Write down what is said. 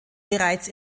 bereits